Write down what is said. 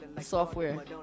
software